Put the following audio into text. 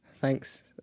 Thanks